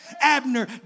Abner